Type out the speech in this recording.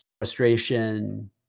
frustration